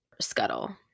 Scuttle